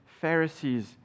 Pharisees